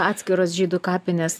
atskiros žydų kapinės